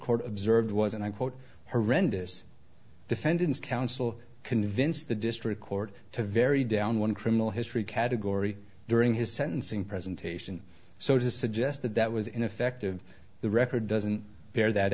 court observed was and i quote horrendous defendant's counsel convinced the district court to very down one criminal history category during his sentencing presentation so to suggest that that was ineffective the record doesn't bear that